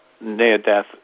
near-death